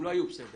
הם לא היו בסדר.